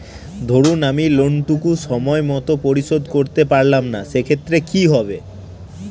ধরুন আমি লোন টুকু সময় মত পরিশোধ করতে পারলাম না সেক্ষেত্রে কি হবে?